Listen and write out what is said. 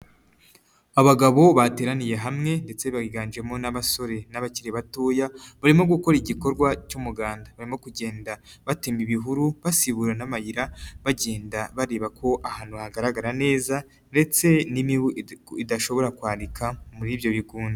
Abagabo bateraniye hamwe ndetse biganjemo n'abasore n'abakiri batoya barimo gukora igikorwa cy'umuganda, barimo kugenda batema ibihuru basibura n'amayira bagenda bareba ko ahantu hagaragara neza ndetse n'imibu idashobora kwarika muri ibyo bigunda.